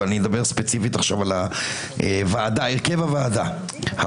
אבל אני מדבר ספציפית עכשיו על הרכב הוועדה המוצע,